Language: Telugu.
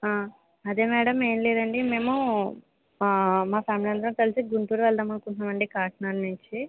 అదే మేడం ఏం లేదండి మేము మా ఫ్యామిలీ అందరం కలిసి గుంటూరు వెళ్దాం అనుకుంటున్నామండి కాకినాడ నుంచి